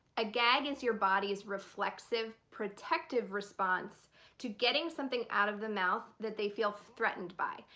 a gag is your body's reflexive protective response to getting something out of the mouth that they feel threatened by.